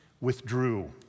withdrew